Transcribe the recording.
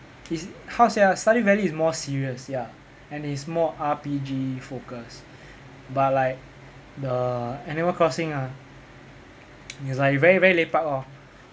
it's how to say ah stardew valley is more serious ya and it's more R_P_G focused but like the animal crossing ah it's like you very very lepak lor